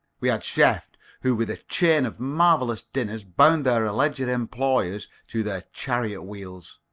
we had chefs who with a chain of marvellous dinners bound their alleged employers to their chariot-wheels.